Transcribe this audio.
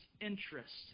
interest